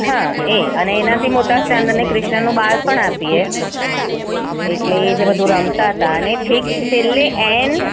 હા એ અને એનાથી મોટા સ્ટાન્ડર્ડના ક્રિષ્નનું બાળપણ આપીએ એટલે જે બધું રમતા હતા અને છેક છેલ્લે એન્ડ